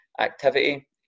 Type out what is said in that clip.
activity